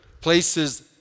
places